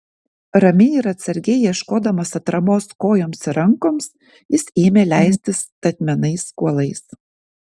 ramiai ir atsargiai ieškodamas atramos kojoms ir rankoms jis ėmė leistis statmenais kuolais